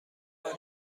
وارد